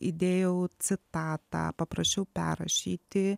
įdėjau citatą paprašiau perrašyti